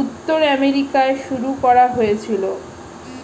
উত্তর আমেরিকায় শুরু করা হয়েছিল